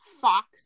fox